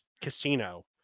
casino